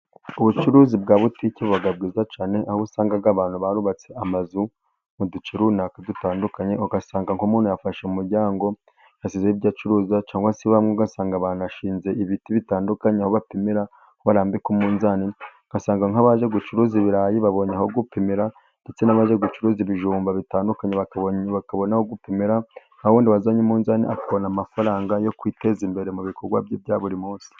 Ubucuruzi bwa butike buba bwiza cyane, aho usanga abantu barubatse amazu mu duce runaka dutandukanye, ugasanga nk'umuntu yafashe umuryango asizeho ibyo acuruza, cyangwa se bamwe ugasanga banashinze ibiti bitandukanye aho bapimira, barambika umunzani, ugasanga nk'abaje gucuruza ibirayi babonye aho gupimira, ndetse n'abaje gucuruza ibijumba bitandukanye bakabona aho gupimira, na wawundi wazanye umunzani, akabona amafaranga yo kwiteza imbere mu bikorwa bye bya buri munsi.